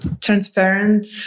transparent